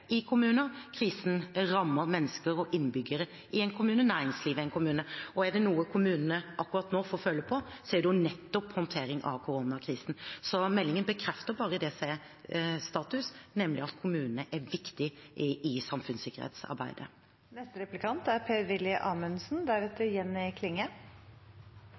i kommuner. Krisen rammer mennesker og innbyggere i en kommune, og den rammer næringslivet i en kommune. Er det noe kommunene nå får føle på, er det nettopp håndteringen av koronakrisen. Så meldingen bekrefter bare det som er status, nemlig at kommunene er viktige i samfunnssikkerhetsarbeidet. Som statsråden er